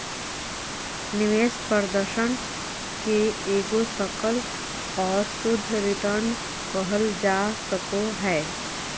निवेश प्रदर्शन के एगो सकल और शुद्ध रिटर्न कहल जा सको हय